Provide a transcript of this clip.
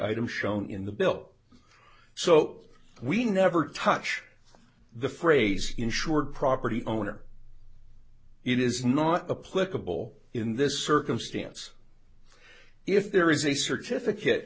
item shown in the bill so we never touch the phrase insured property owner it is not a political in this circumstance if there is a certificate